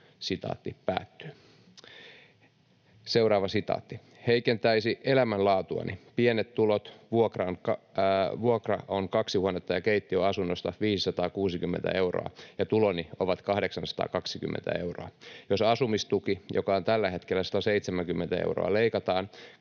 kaikesta leikataan.” ”Heikentäisi elämänlaatuani. Pienet tulot, vuokra on kaksi huonetta ja keittiö ‑asunnosta 560 euroa, ja tuloni ovat 820 euroa. Jos asumistuki, joka on tällä hetkellä 170 euroa, leikataan,